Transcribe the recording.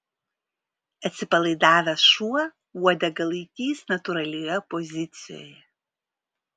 atsipalaidavęs šuo uodegą laikys natūralioje pozicijoje